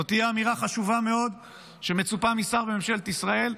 זו תהיה אמירה חשובה מאוד שמצופה משר בממשלת ישראל,